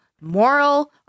moral